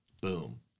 Boom